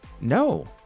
No